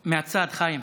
חיים,